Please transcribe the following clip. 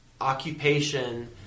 occupation